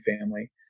family